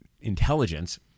intelligence